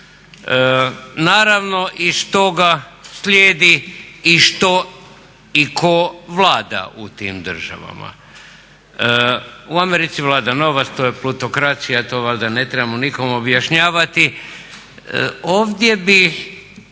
Naravno iz toga slijedi i što i tko vlada u tim državama. U Americi vlada novac, to je plutokracija to valjda ne trebamo nikome objašnjavati. Ovdje bi